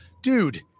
dude